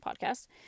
podcast